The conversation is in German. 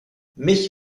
mich